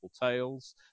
Tales